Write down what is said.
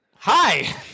Hi